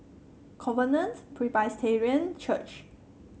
Covenant Presbyterian Church